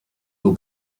will